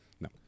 No